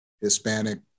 Hispanic